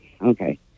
okay